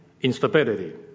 instability